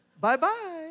Bye-bye